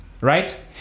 right